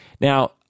Now